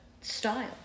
style